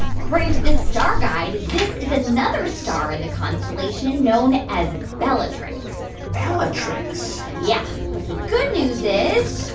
according to this star guide, this is another star in the constellation known as bellatrix bellatrix yeah. but the good news is,